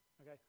okay